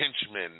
henchmen